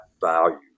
value